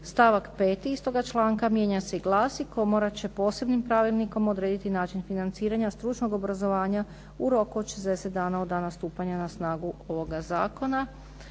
Stavak 5. istoga članka mijenja se i glasi: "Komora će posebnim pravilnikom odrediti način financiranja stručnog obrazovanja u roku od 60 dana od dana stupanja na snagu ovoga zakona."